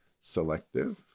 selective